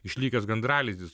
išlikęs gandralizdis